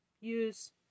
use